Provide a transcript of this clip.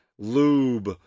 lube